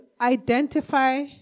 identify